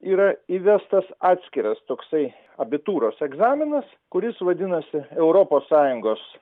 yra įvestas atskiras toksai abitūros egzaminas kuris vadinasi europos sąjungos